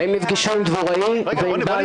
הם נפגשו עם דבוראים ועם בעלי מלונות.